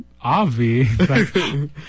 Avi